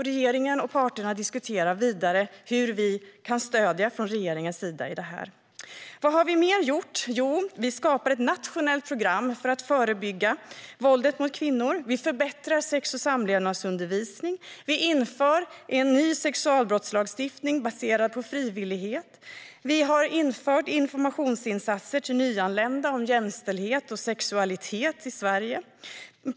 Regeringen och parterna diskuterar vidare hur vi från regeringens sida kan stödja detta arbete. Vad har vi mer gjort? Vi skapar ett nationellt program för att förebygga våldet mot kvinnor, vi förbättrar sex och samlevnadsundervisningen, vi inför en ny sexualbrottslagstiftning baserad på frivillighet och vi har infört informationsinsatser till nyanlända om jämställdhet och sexualitet i Sverige.